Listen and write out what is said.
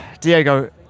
diego